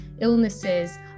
illnesses